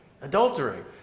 Adultery